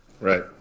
right